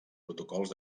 protocols